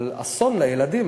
אבל אסון לילדים.